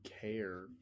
care